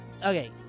Okay